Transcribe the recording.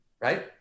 right